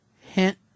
Hint